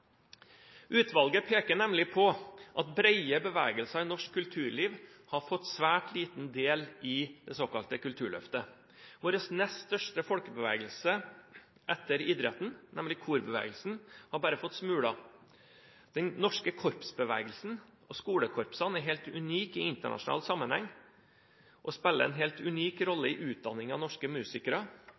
Utvalget peker nemlig på at brede bevegelser i norsk kulturliv har fått en svært liten del i det såkalte Kulturløftet. Vår nest største folkebevegelse etter idretten, korbevegelsen, har bare fått smuler. Den norske korpsbevegelsen, med skolekorpsene, er helt unik i internasjonal sammenheng og spiller en helt unik rolle i utdanningen av norske musikere